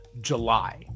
July